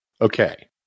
Okay